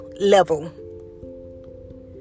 level